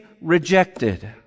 rejected